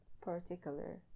particular